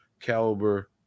caliber